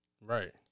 Right